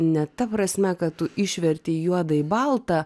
ne ta prasme kad tu išverti juoda į balta